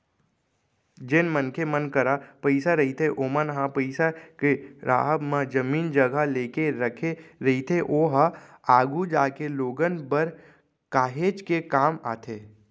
जेन मनखे मन करा पइसा रहिथे ओमन ह पइसा के राहब म जमीन जघा लेके रखे रहिथे ओहा आघु जागे लोगन बर काहेच के काम आथे